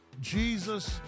Jesus